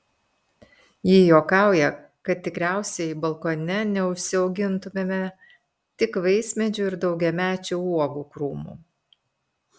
ji juokauja kad tikriausiai balkone neužsiaugintumėme tik vaismedžių ir daugiamečių uogų krūmų